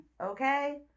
okay